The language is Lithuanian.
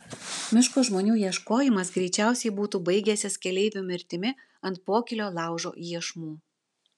miško žmonių ieškojimas greičiausiai būtų baigęsis keleivių mirtimi ant pokylio laužo iešmų